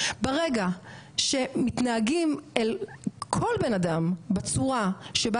ברגע שמתנהגים אל כל בן אדם בצורה שבה